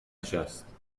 نشست